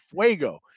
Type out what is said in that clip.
fuego